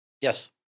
Yes